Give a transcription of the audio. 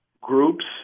groups